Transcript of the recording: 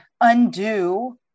undo